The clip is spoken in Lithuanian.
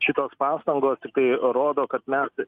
šitos pastangos tiktai rodo kad mes